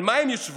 על מה הם ישבו?